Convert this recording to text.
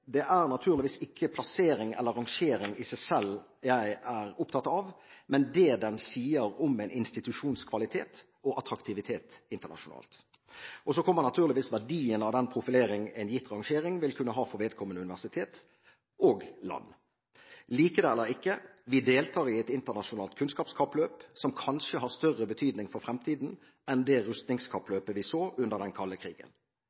Det er naturligvis ikke plasseringen eller rangeringen i seg selv jeg er opptatt av, men det den sier om en institusjons kvalitet og attraktivitet internasjonalt. Så kommer naturligvis verdien av den profilering en gitt rangering vil kunne ha for vedkommende universitet og land. Like det eller ikke: Vi deltar i et internasjonalt kunnskapskappløp som kanskje har større betydning for fremtiden enn det rustningskappløpet vi så under den kalde krigen.